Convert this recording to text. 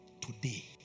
today